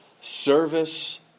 service